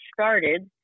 started